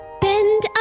bend